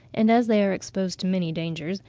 and as they are exposed to many dangers,